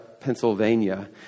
Pennsylvania